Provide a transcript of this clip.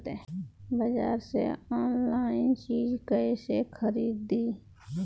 बाजार से आनलाइन चीज कैसे खरीदी?